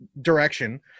direction